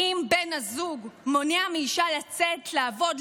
אם בן הזוג מונע מאישה לצאת לעבוד,